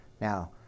Now